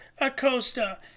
Acosta